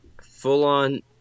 full-on